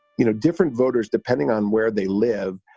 you know, different voters, depending on where they live,